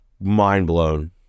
mind-blown